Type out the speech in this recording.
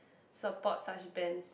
support such bands